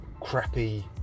crappy